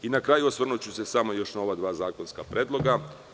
Na kraju, osvrnuću se samo još na ova dva zakonska predloga.